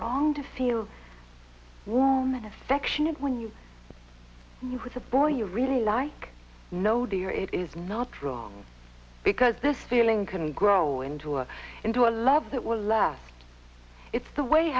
wrong to feel warm and affectionate when you with a boy you really like no dear it is not wrong because this feeling can grow into a into a love that will last it's the way